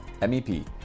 MEP